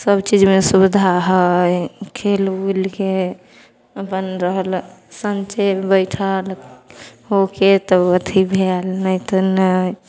सब चीजमे सुबिधा हइ खेल उलके अपन रहल संचे बैठल होके तब अथी भेल नहि तऽ नहि